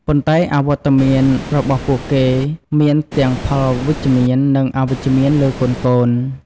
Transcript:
ប៉ុន្តែអវត្តមានរបស់ពួកគេមានទាំងផលវិជ្ជមាន និងអវិជ្ជមានលើកូនៗ។